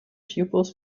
pupils